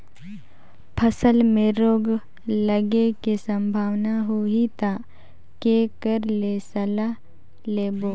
फसल मे रोग लगे के संभावना होही ता के कर ले सलाह लेबो?